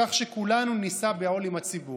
כך שכולנו נישא בעול עם הציבור.